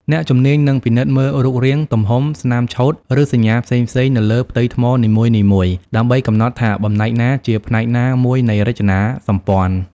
អ្នកជំនាញនឹងពិនិត្យមើលរូបរាង ទំហំ ស្នាមឆ្កូត ឬសញ្ញាផ្សេងៗនៅលើផ្ទៃថ្មនីមួយៗ ដើម្បីកំណត់ថាបំណែកណាជាផ្នែកណាមួយនៃរចនាសម្ព័ន្ធ។